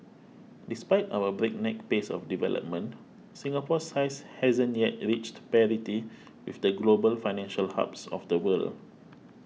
despite our breakneck pace of development Singapore's size hasn't yet reached parity with the global financial hubs of the world